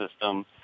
system